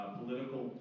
political